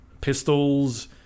pistols